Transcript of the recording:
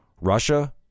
Russia